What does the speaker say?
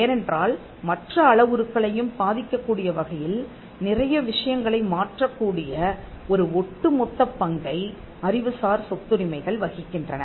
ஏனென்றால் மற்ற அளவுருக்களையும் பாதிக்கக்கூடிய வகையில் நிறைய விஷயங்களை மாற்றக்கூடிய ஒரு ஒட்டுமொத்தப் பங்கை அறிவுசார் சொத்துரிமைகள் வகிக்கின்றன